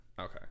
Okay